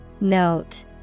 Note